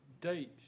Dates